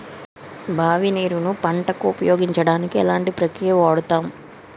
బావి నీరు ను పంట కు ఉపయోగించడానికి ఎలాంటి ప్రక్రియ వాడుతం?